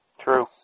True